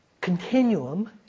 continuum